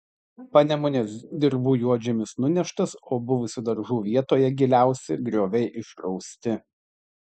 panemunės dirvų juodžemis nuneštas o buvusių daržų vietoje giliausi grioviai išrausti